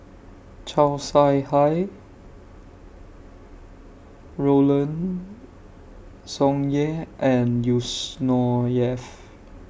Chow Sau Hai Roland Tsung Yeh and Yusnor Ef